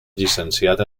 llicenciat